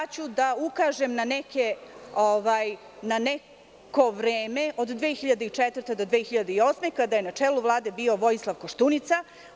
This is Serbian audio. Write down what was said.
Ja ću da ukažem na neko vreme od 2004. do 2008. godine, kada je na čelu Vlade bio Vojislav Koštunica.